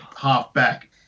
half-back